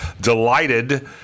delighted